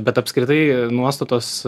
bet apskritai nuostatos